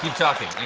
talking,